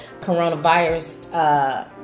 coronavirus